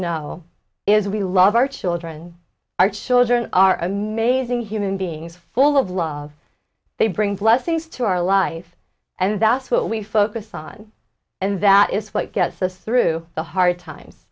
know is we love our children our children are amazing human beings full of love they bring blessings to our life and that's what we focus on and that is what gets us through the hard times